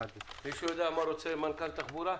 מישהו יודע מה רוצה מנכ"ל משרד התחבורה?